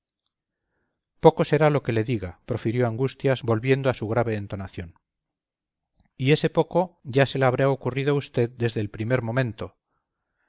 poco será lo que le diga profirió angustias volviendo a su grave entonación y ese poco ya se le habrá ocurrido a usted desde el primer momento